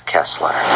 Kessler